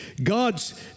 God's